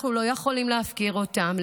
אנחנו לא יכולים להפקיר אותם.